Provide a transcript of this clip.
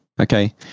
Okay